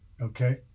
Okay